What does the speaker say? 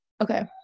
Okay